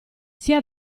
sia